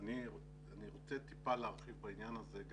אני רוצה טיפה להרחיב בעניין הזה.